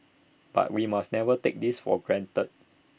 but we must never take this for granted